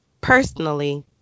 personally